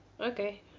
Okay